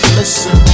listen